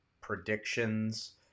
predictions